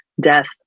Death